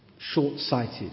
short-sighted